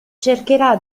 cercherà